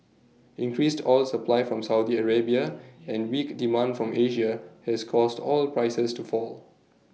increased oil supply from Saudi Arabia and weak demand from Asia has caused oil prices to fall